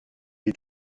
est